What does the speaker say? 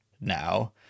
now